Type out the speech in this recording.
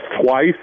twice